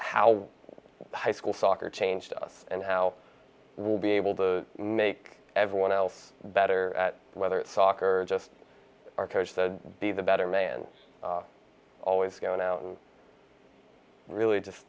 how high school soccer changed us and how we will be able to make everyone else better whether it's soccer just our coach to be the better man always going out and really just